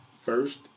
first